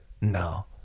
No